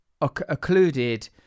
occluded